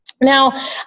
Now